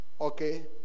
okay